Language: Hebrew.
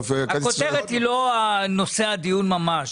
הכותרת היא לא נושא הדיון ממש.